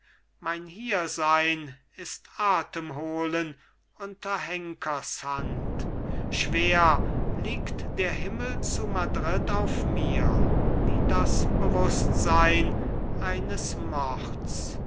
mein hiersein ist atemholen unter henkershand schwer liegt der himmel zu madrid auf mir wie das bewußtsein eines mords